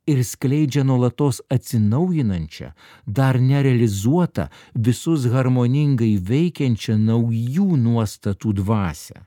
ir skleidžia nuolatos atsinaujinančią dar nerealizuotą visus harmoningai veikiančią naujų nuostatų dvasią